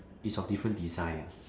it's of different design ah